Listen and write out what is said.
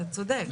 אתה צודק.